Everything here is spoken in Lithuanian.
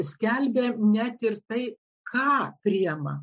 skelbė net ir tai ką priima